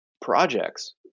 projects